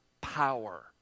power